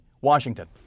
Washington